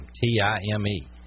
T-I-M-E